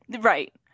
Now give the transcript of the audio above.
right